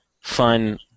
fun